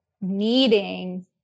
needing